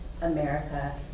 America